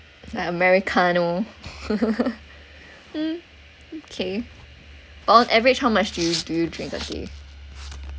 like americano hmm okay on average how much do you do you drink a day